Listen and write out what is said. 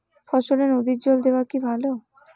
ফসলে নদীর জল দেওয়া কি ভাল?